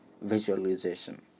visualization